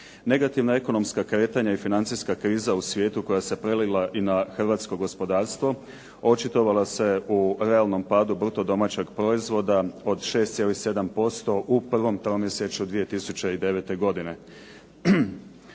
Negativna ekonomska kretanja i financijska kriza u svijetu koja se prelila i na hrvatsko gospodarstvo očitovala se u realnom padu bruto domaćeg proizvoda u prvom tromjesečju 2009. godine.